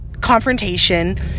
confrontation